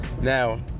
Now